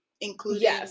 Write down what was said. including